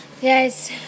Yes